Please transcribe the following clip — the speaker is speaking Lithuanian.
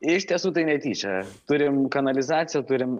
iš tiesų tai netyčia turim kanalizaciją turim